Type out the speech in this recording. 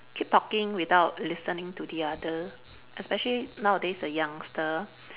keep talking without listening to the other especially nowadays the youngster